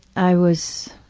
i was